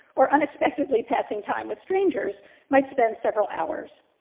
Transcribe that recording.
or unexpectedly passing time with strangers might spend several hours.